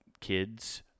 kids